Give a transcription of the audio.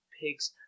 pigs